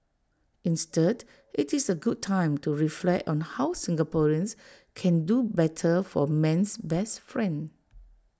instead IT is A good time to reflect on how Singaporeans can do better for man's best friend